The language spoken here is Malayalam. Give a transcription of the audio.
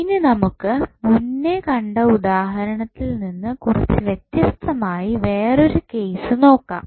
ഇനി നമുക്ക് മുന്നേ കണ്ട ഉദാഹരണത്തിൽ നിന്ന് കുറച്ചു വ്യത്യസ്തമായ വേറൊരു കേസ് നോക്കാം